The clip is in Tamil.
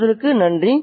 பார்த்ததற்கு நன்றி